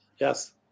Yes